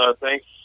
thanks